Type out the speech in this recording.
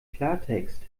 klartext